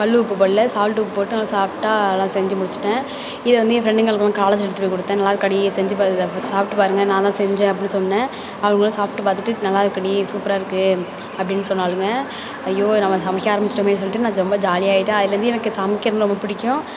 கல் உப்பு போடல சால்ட் உப்பு போட்டு நல்லா சாஃப்டாக அதெலாம் செஞ்சு முடிச்சுட்டேன் இதைவந்து என் ஃப்ரண்டுங்களுக்கெலாம் காலேஜ் எடுத்துகிட்டு போய் கொடுத்தேன் நல்லாயிருக்காடி செஞ்சு பார்த்து இது சாப்பிடு பாருங்க நான்தான் செஞ்சேன் அப்படினு சொன்னேன் அவளுகளும் சாப்பிட்டு பார்த்துட்டு நல்லா இருக்குடி சூப்பராக இருக்குது அப்படினு சொன்னாளுங்க ஐயோ நம்ம சமைக்க ஆரம்பிச்சுடோமே ட்நான் ரொம்ப ஜாலியாக ஆகிட்டேன் அதுலிருந்து எனக்கு சமைக்கிறது ரொம்ப பிடிக்கும்